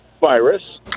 virus